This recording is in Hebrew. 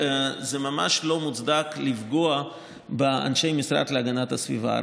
שזה ממש לא מוצדק לפגוע באנשי המשרד להגנת הסביבה.